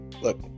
look